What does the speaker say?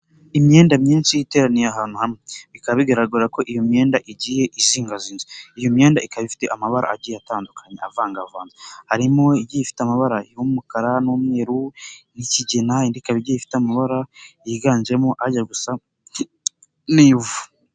Imyenda myinshi iteraniye ahantu hamwe bikaba bigaragara ko iyo myenda igiye izingazinze. Iyo myenda ikaba ifite amabara agiye atandukanye avangavanze, harimo igiye ifite amabara y'umukara n'umweru n'ikigina, ikaba igiye ifite amabara yiganjemo ajya gusa n'ivu.